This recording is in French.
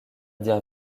dire